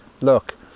look